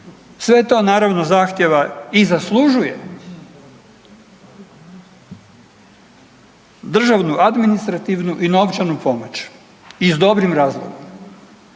Sve to naravno zahtjeva, i zaslužuje državnu administrativnu i novčanu pomoć i s dobrim razlogom.